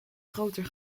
groter